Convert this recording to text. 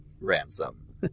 Ransom